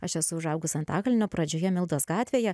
aš esu užaugus antakalnio pradžioje mildos gatvėje